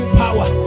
power